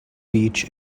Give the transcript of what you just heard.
beach